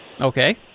Okay